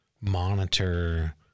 monitor